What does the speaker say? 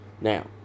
Now